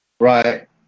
right